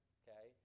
okay